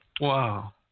Wow